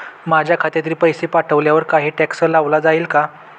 माझ्या खात्यातील पैसे पाठवण्यावर काही टॅक्स लावला जाईल का?